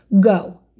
go